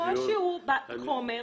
הקושי הוא בחומר,